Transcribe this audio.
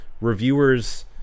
reviewers